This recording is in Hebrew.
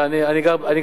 אני גר באשקלון.